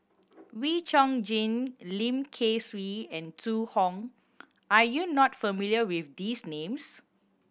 Wee Chong Jin Lim Kay Siu and Zhu Hong are you not familiar with these names